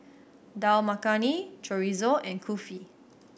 Dal Makhani Chorizo and Kulfi